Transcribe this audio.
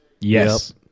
Yes